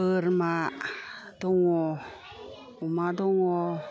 बोरमा दङ' अमा दङ'